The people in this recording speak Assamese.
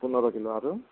পোন্ধৰ কিলো আৰু